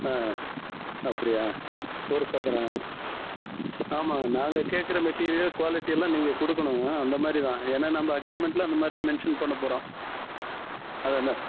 ஆ அப்படியா ஒரு சதுரம் ஆமாங்க நாங்கள் கேட்குற மெட்டீரியல் குவாலிட்டி எல்லாம் நீங்கள் கொடுக்கணுங்க இந்தமாதிரி தான் ஏன்னா நம்ம அக்ரிமெண்ட்டில் அந்தமாதிரி தான் மென்ஷன் பண்ண போகிறோம் அதுதான்